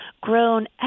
grown